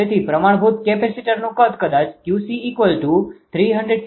તેથી પ્રમાણભૂત કેપેસિટરનું કદ કદાચ 𝑄𝐶350kVAr છે